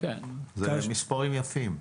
אלה מספרים יפים.